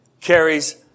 carries